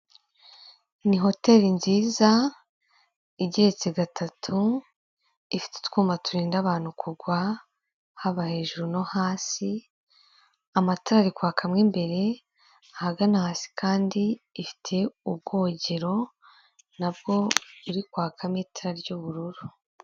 Ni hoteri nziza igeretse gatatu ifite utwuma turinda abantu kugwa, haba hejuru no hasi, amatara ari kwaka mo imbere ahagana hasi kandi ifite ubwogero nabwo buri kwakamo itara ry'ubururu.